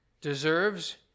deserves